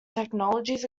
technologies